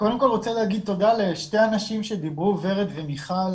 תודה לשתי הנשים שדיברו ורד ומיכל